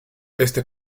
este